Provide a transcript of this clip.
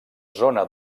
zona